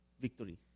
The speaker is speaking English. victory